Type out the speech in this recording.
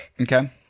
Okay